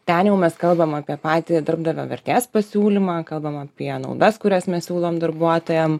ten jau mes kalbam apie patį darbdavio vertės pasiūlymą kalbam apie naudas kurias mes siūlom darbuotojam